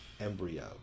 embryo